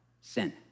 sin